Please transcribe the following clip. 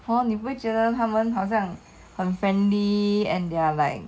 hor 你会觉得他们好像很 friendly and they're like